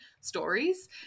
stories